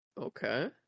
okay